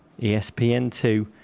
ESPN2